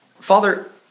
Father